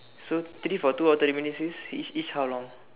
so three for two hour thirty minute each each how long